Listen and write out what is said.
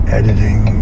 editing